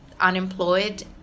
unemployed